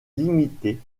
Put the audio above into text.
limité